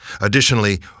Additionally